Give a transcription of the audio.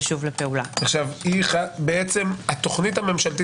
תשוב לפעולה בתחילת החודש.